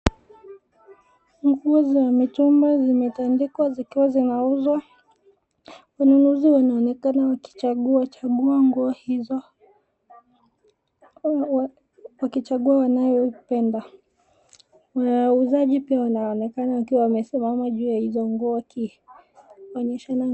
Nguo za mitumba zimetandikwa zikiwa zinauzwa. Wanunuzi wanaonekana wakichagua chagua nguo hizo, wakichagua wanayoipenda. Wauzaji pia wanaonekana wakiwa wamesimama juu ya hizo nguo wakionyeshana.